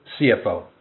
CFO